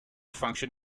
function